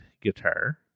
guitar